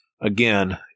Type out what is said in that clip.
again